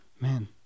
Man